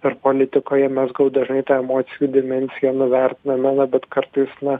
ir politikoje mes gal dažnai ta emocijų dimensiją nuvertinamena bet kartais na